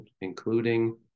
including